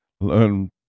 learn